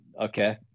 Okay